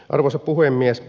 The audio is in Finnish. arvoisa puhemies